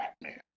Batman